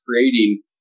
creating